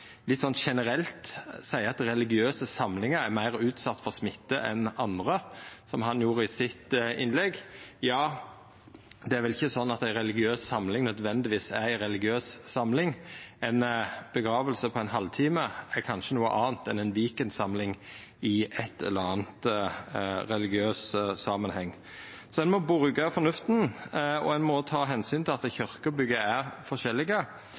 litt generelt seier at religiøse samlingar er meir utsette for smitte enn andre, som han gjorde i innlegget sitt. Ja, det er vel ikkje sånn at ei religiøs samling nødvendigvis er ei religiøs samling. Ei gravferd på ein halv time er kanskje noko anna enn ei weekendsamling i ein eller annan religiøs samanheng. Ein må bruka fornufta, og ein må ta omsyn til at kyrkjebygga er forskjellige. Veldig mange kyrkjebygg der ein kan ha 50 personar, er